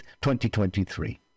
2023